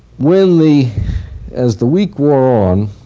when the as the week wore on